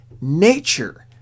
nature